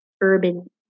urban